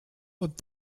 what